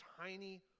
tiny